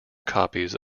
copies